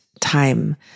time